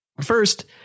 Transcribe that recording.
first